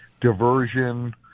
diversion